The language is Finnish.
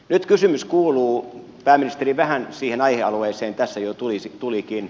nyt kysymys kuuluu pääministeri vähän siihen aihealueeseen tässä jo tulikin